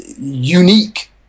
unique